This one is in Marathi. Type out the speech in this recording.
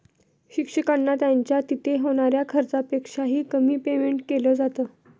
शिक्षकांना त्यांच्या तिथे होणाऱ्या खर्चापेक्षा ही, कमी पेमेंट केलं जात